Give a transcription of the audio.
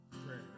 prayer